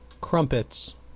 Crumpets